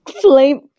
flame